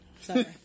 sorry